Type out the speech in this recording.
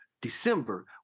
December